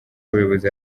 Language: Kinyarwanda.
abayobozi